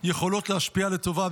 יכולות להשפיע לטובה,